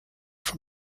for